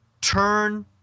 turn